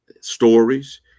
stories